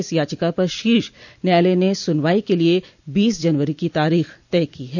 इस याचिका पर शीर्ष न्यायालय ने सुनवाई के लिये बीस जनवरी की तारीख़ तय की है